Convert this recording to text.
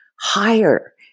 higher